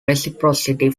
reciprocity